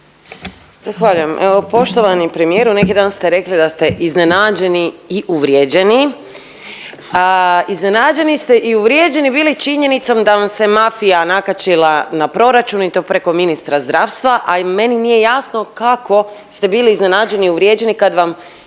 Zahvaljujem. Evo poštovani premijeru, neki dan ste rekli da ste iznenađeni i uvrijeđeni, iznenađeni ste i uvrijeđeni bili činjenicom da vam se mafija nakačila na proračun i to preko ministarstva zdravstva, a i meni nije jasno kako ste bili iznenađeni i uvrijeđeni kad vam